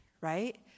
right